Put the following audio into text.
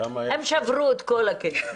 הם שברו את כל הכלים.